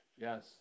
yes